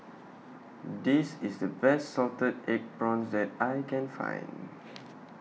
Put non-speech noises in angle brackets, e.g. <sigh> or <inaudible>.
<noise> This IS The Best Salted Egg Prawns that I <noise> Can Find